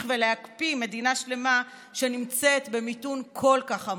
ולהקפיא מדינה שלמה שנמצאת במיתון כל כך עמוק?